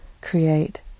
create